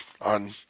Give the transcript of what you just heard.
on